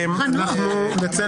אנחנו נצא